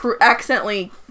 accidentally